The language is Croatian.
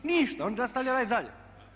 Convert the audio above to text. Ništa, oni nastavljaju raditi dalje.